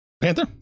Panther